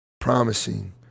promising